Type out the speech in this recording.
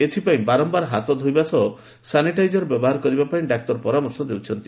ଏଥିପାଇଁ ବାରମ୍ୟାର ହାତ ଧୋଇବା ସହ ସାନିଟାଇଜର ବ୍ୟବହାର କରିବା ପାଇଁ ଡାକ୍ତର ପରାମର୍ଶ ଦେଉଛନ୍ତି